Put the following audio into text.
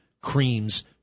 creams